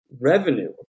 revenue